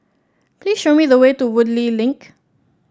please show me the way to Woodleigh Link